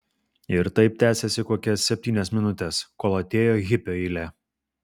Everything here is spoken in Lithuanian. ir taip tęsėsi kokias septynias minutes kol atėjo hipio eilė